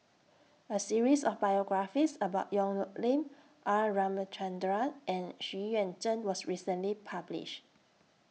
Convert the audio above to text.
A series of biographies about Yong Nyuk Lin R Ramachandran and Xu Yuan Zhen was recently published